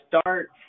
start